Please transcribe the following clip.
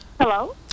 Hello